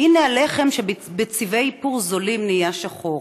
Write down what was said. / הנה הלחם שבצבעי איפור זולים נהיה שחור,